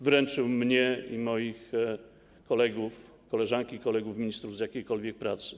wyręczył mnie i moich kolegów, koleżanki i kolegów ministrów, z jakiejkolwiek pracy.